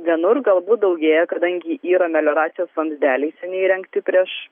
vienur galbūt daugėja kadangi yra melioracijos vamzdeliai seniai įrengti prieš